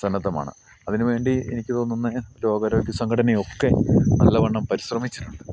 സന്നദ്ധമാണ് അതിന് വേണ്ടി എനിക്ക് തോന്നുന്നു രോഗാരോഗ്യ സംഘടന ഒക്കെ നല്ലവണ്ണം പരിശ്രമിച്ചിട്ടുണ്ട്